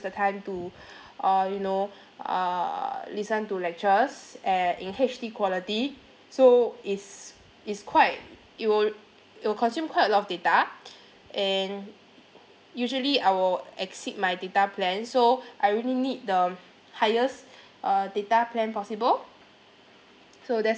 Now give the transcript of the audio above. the time to uh you know uh listen to lectures and in H_D quality so it's it's quite it would it'll consume quite a lot of data and usually I will exceed my data plan so I really need the highest err data plan possible so that's